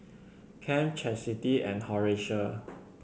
Kem Chastity and Horatio